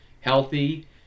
healthy